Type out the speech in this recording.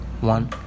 One